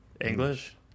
English